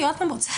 אני רוצה